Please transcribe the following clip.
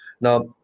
now